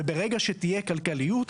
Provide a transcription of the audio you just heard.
וברגע שתהיה כלכליות,